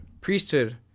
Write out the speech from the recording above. priesthood